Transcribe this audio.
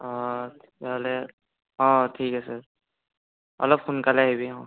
তেতিয়াহ'লে অ' ঠিক আছে অলপ সোনকালে আহিবি অ'